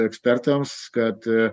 ekspertams kad